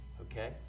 Okay